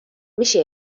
میشه